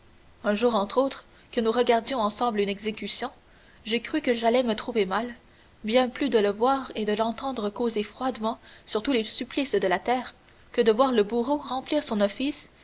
un jour entre autres que nous regardions ensemble une exécution j'ai cru que j'allais me trouver mal bien plus de le voir et de l'entendre causer froidement sur tous les supplices de la terre que de voir le bourreau remplir son office